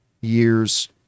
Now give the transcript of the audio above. years